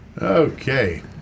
Okay